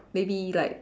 maybe like